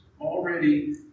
already